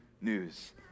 news